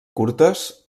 curtes